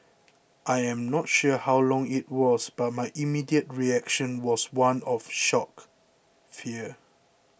I am not sure how long it was but my immediate reaction was one of shock fear